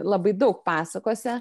labai daug pasakose